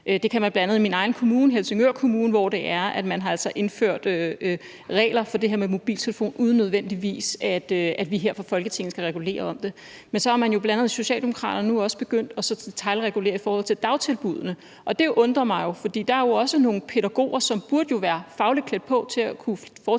Det kan man bl.a. i min egen kommune, Helsingør Kommune, hvor man altså har indført regler for det her med mobiltelefon, uden at vi nødvendigvis her fra Folketingets side skal regulere det. Men så er man jo hos Socialdemokraterne nu også begyndt bl.a. at detailregulere i forhold til dagtilbuddene, og det undrer mig, for der er jo også nogle pædagoger, som burde være fagligt klædt på til at kunne foretage